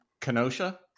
Kenosha